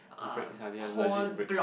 breaks ah they have legit breaks